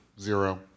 Zero